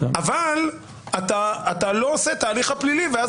אבל אתה לא עושה את ההליך הפלילי ואז